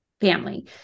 family